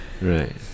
Right